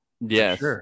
Yes